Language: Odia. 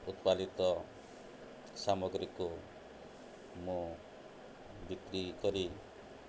ଉତ୍ପାଦିତ ସାମଗ୍ରୀକୁ ମୁଁ ବିକ୍ରି କରି